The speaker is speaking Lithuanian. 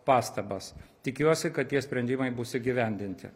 pastabas tikiuosi kad tie sprendimai bus įgyvendinti